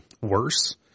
worse